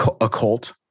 occult